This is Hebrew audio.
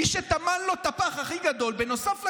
מי שטמן לו את הפח הכי גדול, נוסף לכישלון,